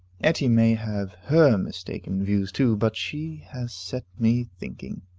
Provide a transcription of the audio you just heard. etty may have her mistaken views too, but she has set me thinking.